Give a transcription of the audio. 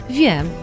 wiem